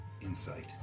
insight